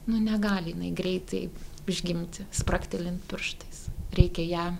nu negali jinai greitai užgimti spragtelint pirštais reikia ją